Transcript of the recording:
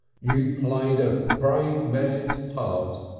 you played a brave man's part!